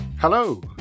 Hello